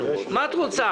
כמה את רוצה